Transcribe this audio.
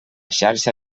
xarxa